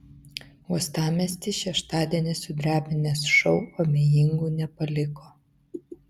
uostamiestį šeštadienį sudrebinęs šou abejingų nepaliko